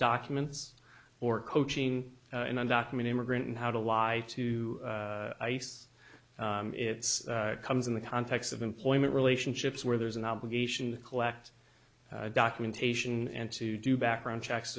documents or coaching an undocumented immigrant how to lie to us it's it comes in the context of employment relationships where there's an obligation to collect documentation and to do background checks